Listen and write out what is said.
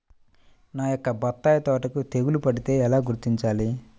నా యొక్క బత్తాయి తోటకి తెగులు పడితే ఎలా గుర్తించాలి?